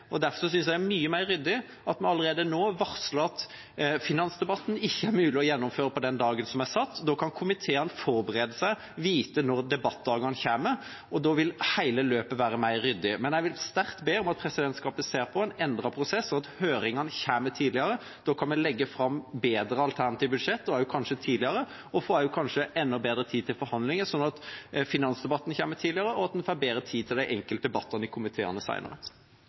synes jeg det er mye mer ryddig at en allerede nå varsler at finansdebatten ikke er mulig å gjennomføre den dagen som er satt. Da kan komiteene forberede seg, vite når debattdagene kommer, og da vil hele løpet være mer ryddig. Men jeg vil sterkt be om at presidentskapet ser på en endret prosess, og at høringene kommer tidligere. Da kan vi legge fram bedre alternative budsjett – og kanskje også tidligere – og kanskje få enda bedre tid til forhandlinger ved at finansdebatten kommer tidligere, og at en får bedre tid til de enkelte debattene i komiteene